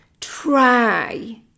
try